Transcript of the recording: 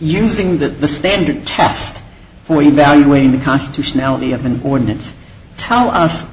thing that the standard test for evaluating the constitutionality of an ordinance tell us